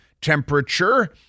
temperature